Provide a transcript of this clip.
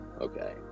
okay